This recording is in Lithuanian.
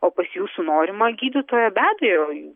o pas jūsų norimą gydytoją be abejo